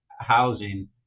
housing